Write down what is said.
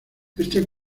este